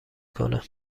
کنه